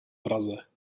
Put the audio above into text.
praze